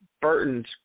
Burton's